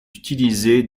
utilisée